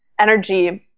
energy